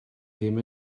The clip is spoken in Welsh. ddim